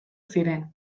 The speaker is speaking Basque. ziren